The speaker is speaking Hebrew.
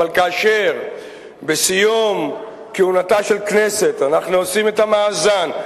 אבל כאשר בסיום כהונתה של כנסת אנחנו עושים את המאזן,